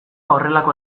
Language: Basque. horrelako